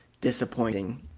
disappointing